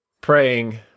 praying